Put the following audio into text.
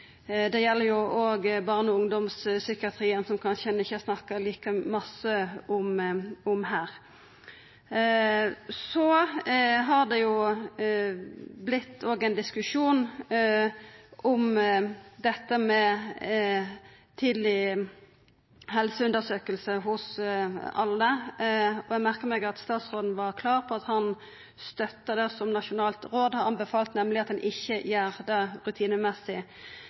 Det gjeld òg barne- og ungdomspsykiatrien, som ein kanskje ikkje har snakka like mykje om her. Så har det òg vorte ein diskusjon om dette med tidlege helseundersøkingar hos alle. Eg merka meg at statsråden var klar på at han støtta det som Nasjonalt råd har anbefalt, nemleg at ein ikkje gjer det rutinemessig.